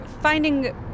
finding